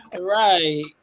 Right